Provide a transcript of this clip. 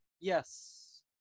Yes